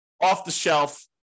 off-the-shelf